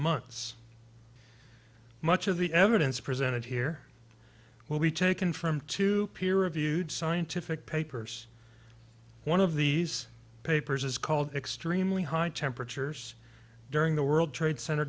months much of the evidence presented here will be taken from two peer reviewed scientific papers one of these papers is called extremely high temperatures during the world trade center